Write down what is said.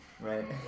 right